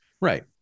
Right